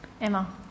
Emma